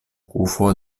kufo